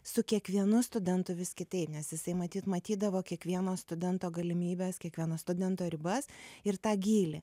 su kiekvienu studentu vis kitaip nes jisai matyt matydavo kiekvieno studento galimybes kiekvieno studento ribas ir tą gylį